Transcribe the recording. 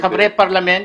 לחברי פרלמנט,